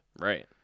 Right